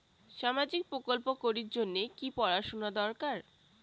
সামাজিক প্রকল্প করির জন্যে কি পড়াশুনা দরকার?